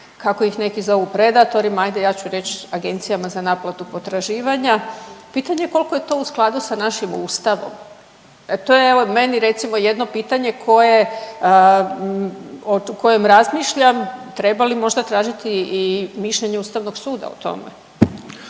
kako ih neki zovu predatorima. Hajde ja ću reći Agencijama za naplatu potraživanja. Pitanje koliko je to u skladu sa našim Ustavom. To je evo meni recimo jedno pitanje o kojem razmišljam treba li možda tražiti i mišljenje Ustavnog suda o tome?